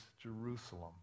Jerusalem